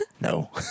No